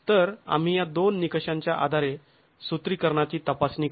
तर आम्ही या दोन निकषांच्या आधारे सूत्रीकरणाची तपासणी करू